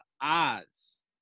Oz